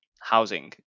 housing